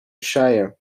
shire